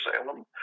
Salem